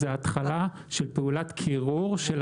מה שחשוב מבחינת השמירה על בריאות הציבור